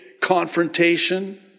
confrontation